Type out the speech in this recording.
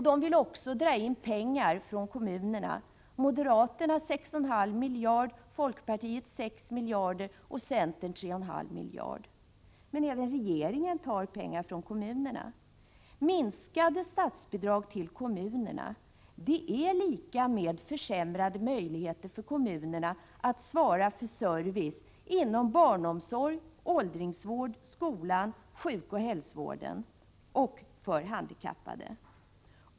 De vill även dra in pengar från kommunerna: moderaterna 6,5 miljarder, folkpartiet 6 miljarder och centern 3,5 miljarder. Även regeringen tar pengar från kommunerna. Minskade statsbidrag till kommunerna medför försämrade möjligheter för kommunerna att svara för servicen inom barnomsorg, åldringsvård, skola samt sjukoch hälsovård och för handikappade.